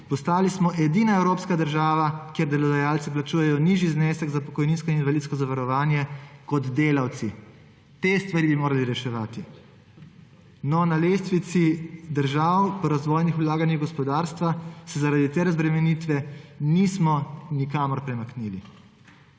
Postali smo edina evropska država, kjer delodajalci plačujejo nižji znesek za pokojninsko in invalidsko zavarovanje kot delavci. Te stvari bi morali reševati. No, na lestvici držav po razvojnih vlaganjih gospodarstva se zaradi te razbremenitve nismo nikamor premaknili.